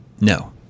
No